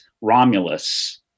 Romulus